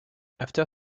after